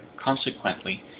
consequently,